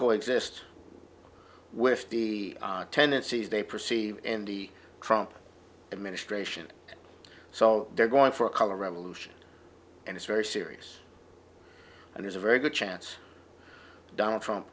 co exist with the tendencies they perceive in the trump administration so they're going for a color revolution and it's very serious and there's a very good chance donald trump